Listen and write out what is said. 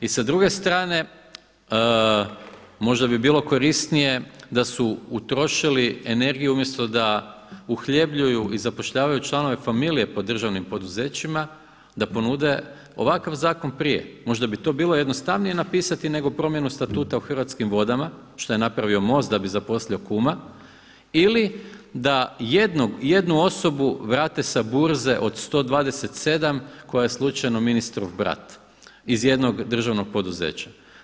I sa druge strane, možda bi bilo korisnije da su utrošili energiju umjesto da uhljebljuju i zapošljavaju članove familije po državnim poduzećima da ponude ovakav zakon prije, možda bi to bilo jednostavnije napisati nego promjenu statuta u Hrvatskim vodama, šta je napravio MOST da i zaposlio kuma ili da jednu osobu vrate sa burze od 127 koja je slučajno ministrov brat iz jednog državnog poduzeća.